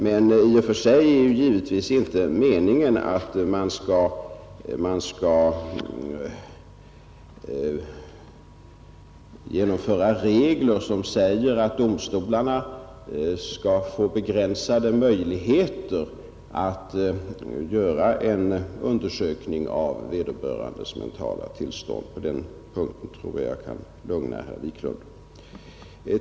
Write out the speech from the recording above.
Men i och för sig är det givetvis inte meningen att man skall genomföra regler som säger att domstolarna skall ha begränsade möjligheter att göra en undersökning av vederbörandes mentala tillstånd. På den punkten tror jag att jag kan lugna herr Wiklund.